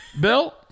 Bill